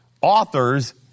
authors